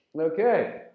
Okay